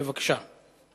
בבקשה.